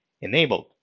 enabled